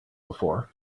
before